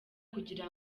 kugira